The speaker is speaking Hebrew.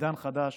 ולעידן חדש